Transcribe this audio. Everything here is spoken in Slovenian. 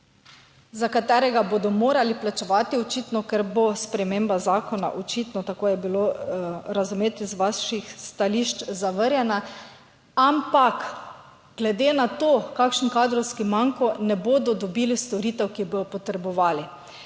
za katerega bodo morali plačevati očitno, ker bo sprememba zakona očitno, tako je bilo razumeti iz vaših stališč, zavrnjena. Ampak glede na to, kakšen kadrovski manko, ne bodo dobili storitev, ki jih bodo potrebovali.